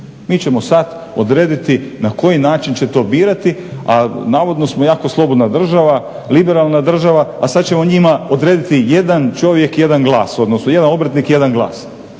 Mi ćemo sada odrediti na koji način će to birati a navodno smo jako slobodna država, liberalna država, a sada ćemo njima odrediti jedan čovjek, jedan glas odnosno jedan obrtnik jedan glas.